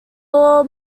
all